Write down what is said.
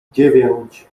dziewięć